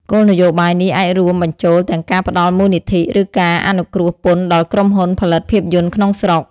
គោលនយោបាយនេះអាចរួមបញ្ចូលទាំងការផ្តល់មូលនិធិ ឬការអនុគ្រោះពន្ធដល់ក្រុមហ៊ុនផលិតភាពយន្តក្នុងស្រុក។